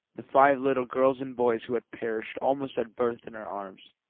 the five little girls and boys who had perished almost at birth in her arms,